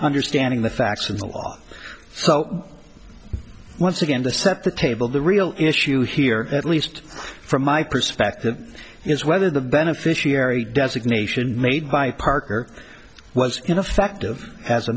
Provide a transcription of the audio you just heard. understanding the facts and the law so once again to set the table the real issue here at least from my perspective is whether the beneficiary designation made by parker was ineffective as a